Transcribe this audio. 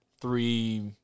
three